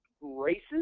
races